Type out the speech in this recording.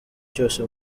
cyose